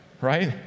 right